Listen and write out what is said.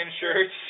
shirts